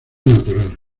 natural